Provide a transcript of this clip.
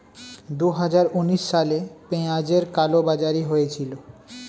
দুহাজার উনিশ সালে পেঁয়াজের কালোবাজারি হয়েছিল